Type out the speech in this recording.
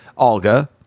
alga